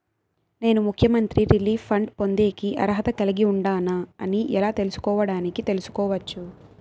నేను ముఖ్యమంత్రి relief fund పొందేకి అర్హత కలిగి ఉండానా అని ఎలా తెలుసుకోవడానికి తెలుసుకోవచ్చు